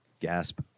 Gasp